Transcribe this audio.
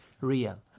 real